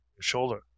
shoulder